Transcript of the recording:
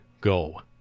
go